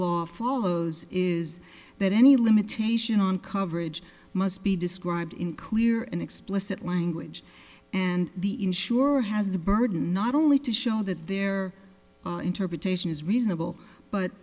law follows is that any limitation on coverage must be described in clear and explicit language and the insurer has the burden not only to show that their interpretation is reasonable but